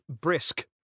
brisk